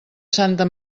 santa